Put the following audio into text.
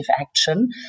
action